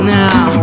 now